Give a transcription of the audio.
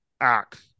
act